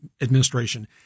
administration